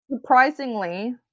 Surprisingly